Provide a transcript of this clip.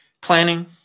planning